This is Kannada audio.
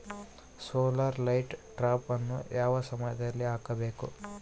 ಸೋಲಾರ್ ಲೈಟ್ ಟ್ರಾಪನ್ನು ಯಾವ ಸಮಯದಲ್ಲಿ ಹಾಕಬೇಕು?